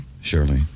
Surely